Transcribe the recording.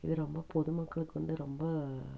இது ரொம்ப பொதுமக்களுக்கு வந்து ரொம்ப